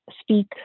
speak